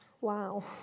Wow